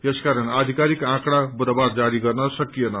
यसकारण आधिकारिक आकँडा बुधबार जारी गर्न सकिएन